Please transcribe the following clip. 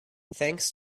thanks